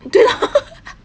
对 lah